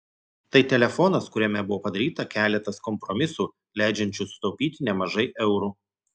tai telefonas kuriame buvo padaryta keletas kompromisų leidžiančių sutaupyti nemažai eurų